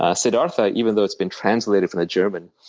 ah siddhartha, even though it's been translated from german,